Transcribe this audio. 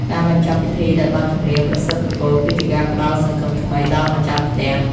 ការបញ្ចប់ពិធីដោយបទចម្រៀងប្រសិទ្ធពរ គឺជាការផ្ដល់សង្ឃឹមថ្មីដល់ម្ចាស់ផ្ទះ។